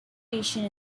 asian